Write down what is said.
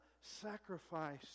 Sacrifice